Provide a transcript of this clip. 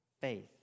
faith